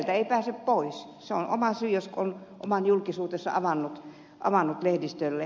se on oma syy jos on oman julkisuutensa avannut lehdistölle